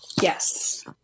yes